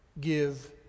give